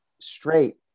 straight